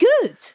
good